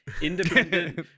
independent